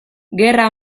gerra